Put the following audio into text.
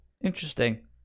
Interesting